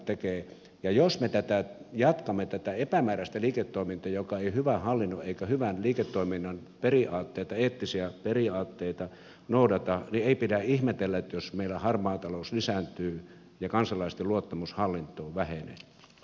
ja jos me jatkamme tätä epämääräistä liiketoimintaa joka ei hyvän hallinnon eikä hyvän liiketoiminnan periaatteita eettisiä periaatteita noudata niin ei pidä ihmetellä jos meillä harmaa talous lisääntyy ja kansalaisten luottamus hallittu vähän